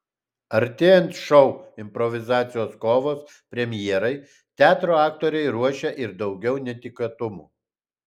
artėjant šou improvizacijos kovos premjerai teatro aktoriai ruošia ir daugiau netikėtumų